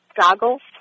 goggles